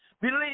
Believe